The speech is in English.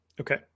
Okay